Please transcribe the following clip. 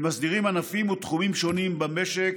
שמסדירים ענפים ותחומים שונים במשק,